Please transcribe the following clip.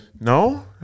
No